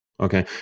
Okay